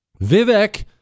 Vivek